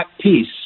peace